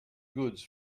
goods